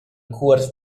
cuors